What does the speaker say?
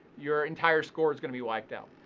your entire score's gonna be wiped out.